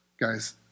Guys